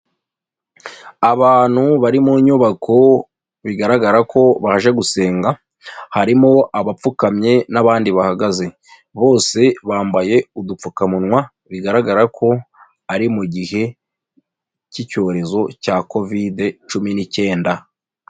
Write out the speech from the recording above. Abantu bari mu nyubako bigaragara ko baje gusenga harimo abapfukamye n'abandi bahagaze, bose bambaye udupfukamunwa bigaragara ko ari mu gihe cy'icyorezo cya Kovide cumi ni'cyenda.